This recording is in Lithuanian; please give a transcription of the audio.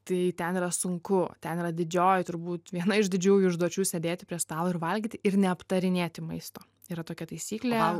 tai ten yra sunku ten yra didžioji turbūt viena iš didžiųjų užduočių sėdėti prie stalo ir valgyti ir neaptarinėti maisto yra tokia taisyklė